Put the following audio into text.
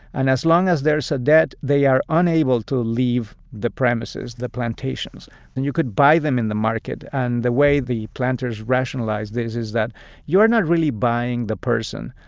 and as long as there's a debt, they are unable to leave the premises the plantations. and you could buy them in the market. and the way the planters rationalized this is that you're not really buying the person,